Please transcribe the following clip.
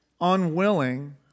unwilling